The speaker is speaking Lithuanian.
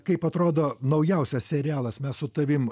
kaip atrodo naujausias serialas mes su tavim